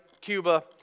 Cuba